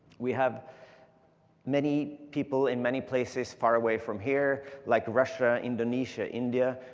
we have many people in many places far away from here, like russia, indonesia, india,